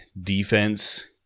defense